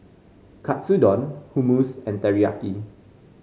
Katsudon Hummus and Teriyaki